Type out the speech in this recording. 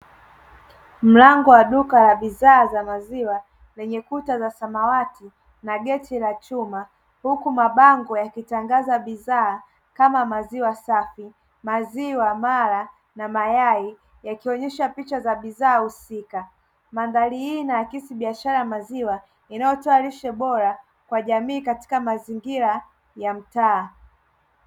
Mlango wa duka la bidhaa za maziwa lenye kuta za samawati na geti la chuma huku mabango yakitangaza bidhaa kama maziwa safi. Maziwa mala na mayai yakionyesha picha za bidhaa husika. Madhari hii inaakisi biashra ya maziwa inayotoa lishe bora kwa jamii katika mazingira ya mtaa.